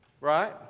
right